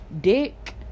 dick